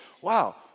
Wow